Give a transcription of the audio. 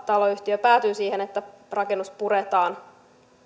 taloyhtiö päätyy siihen että rakennus puretaan